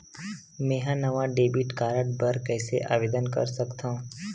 मेंहा नवा debit card बर कैसे आवेदन कर सकथव?